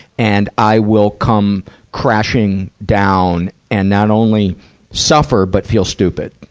and i will come crashing down, and not only suffer but feel stupid.